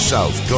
South